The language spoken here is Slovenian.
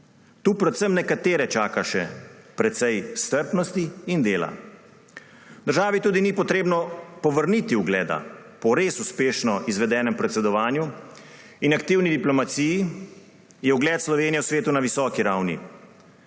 Tu predvsem nekatere čaka še precej strpnosti in dela. Državi tudi ni treba povrniti ugleda. Po res uspešno izvedenem predsedovanju in aktivni diplomaciji je ugled Slovenije v svetu na visoki ravni.